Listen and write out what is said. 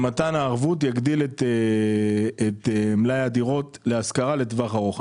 שמתן הערבות יגדיל את מלאי הדירות להשכרה לטווח ארוך.